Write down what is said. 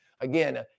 again